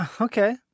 okay